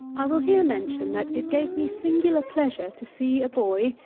i will here mention that it gave me singular pleasure to see a boy,